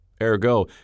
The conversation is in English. Ergo